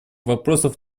вопросов